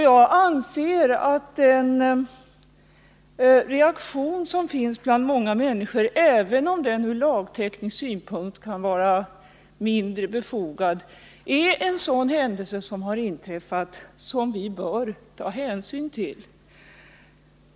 Jag anser att den reaktion som finns bland många människor — även om den ur lagteknisk synpunkt kan vara mindre befogad — är en sådan inträffad händelse som vi bör ta hänsyn till.